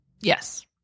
Yes